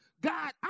God